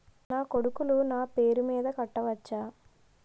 నా కొడుకులు నా పేరి మీద కట్ట వచ్చా?